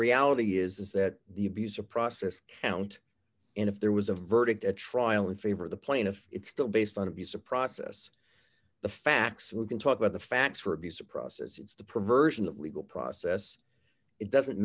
reality is that the visa process count and if there was a verdict a trial in favor of the plaintiff it's still based on a visa process the facts we can talk about the facts for abuse of process it's the perversion of legal process it doesn't